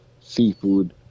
seafood